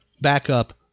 backup